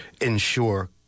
ensure